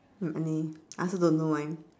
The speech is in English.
I also don't know why